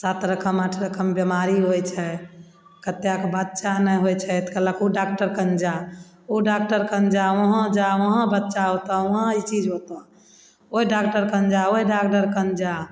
सात रकम आठ रकम बीमारी होइ छै कतेके बच्चा नहि होइ छै तऽ कहलक उ डॉक्टर कन जा उ डॉक्टर कन जा वहाँ जा वहाँ बच्चा होतऽ वहाँ ई चीज होतऽ ओइ डॉक्टर कन जा ओइ डॉक्टर कन जा